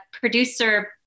producer